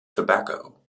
tobacco